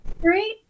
Great